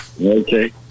Okay